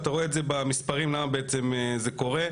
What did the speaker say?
אתה רואה את זה במספרים כמה בעצם זה קורה.